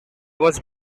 was